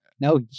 No